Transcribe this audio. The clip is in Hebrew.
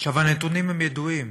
הנתונים ידועים.